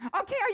Okay